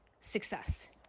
Success